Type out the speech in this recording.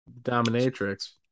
Dominatrix